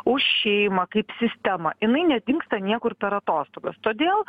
už šeimą kaip sistemą jinai nedingsta niekur per atostogas todėl